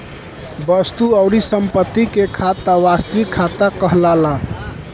वस्तु अउरी संपत्ति के खाता वास्तविक खाता कहलाला